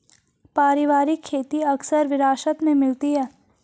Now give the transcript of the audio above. पारिवारिक खेती अक्सर विरासत में मिलती है